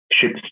ships